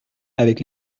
avec